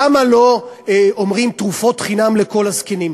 למה לא אומרים תרופות חינם לכל הזקנים?